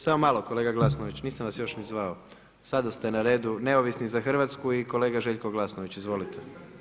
Samo malo kolega Glasnović, nisam vas još ni zvao, sada ste na redu, Neovisni za Hrvatsku i kolega Željko Glasnović, izvolite.